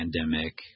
pandemic